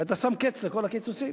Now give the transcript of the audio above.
ואתה שם קץ לכל הקיצוצים.